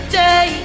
day